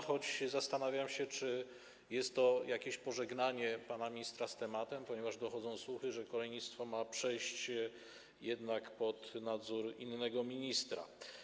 Choć zastanawiam się, czy nie jest to jakieś pożegnanie pana ministra z tematem, ponieważ dochodzą słuchy, że kolejnictwo ma przejść jednak pod nadzór innego ministra.